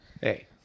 hey